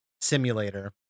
simulator